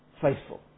faithful